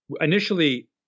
initially